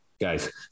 guys